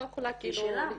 כי שילמת.